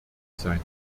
sein